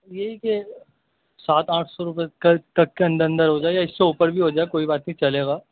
یہی کہ سات آٹھ سو روپئے تک کے اندر اندر ہو جائے یا اس سے اوپر بھی ہو جائے کوئی بات نہیں چلے گا